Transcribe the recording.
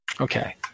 Okay